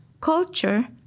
Culture